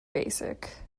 basic